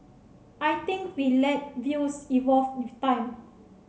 I think we let views evolve with time